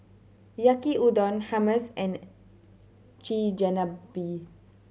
Yaki Udon Hummus and Chigenabe